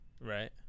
Right